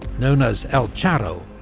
known as el charro,